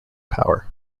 power